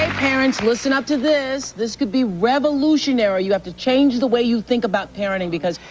parents, listen up to this. this could be revolutionary. you have to change the way you think about parenting because